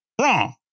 Wrong